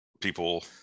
people